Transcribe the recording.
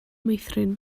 meithrin